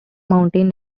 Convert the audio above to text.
mountain